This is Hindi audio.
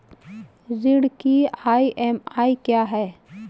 ऋण की ई.एम.आई क्या है?